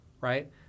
right